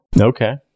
Okay